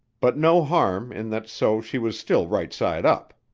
but no harm in that so she was still right side up.